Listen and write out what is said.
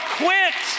quit